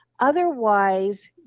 Otherwise